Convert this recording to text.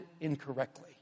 incorrectly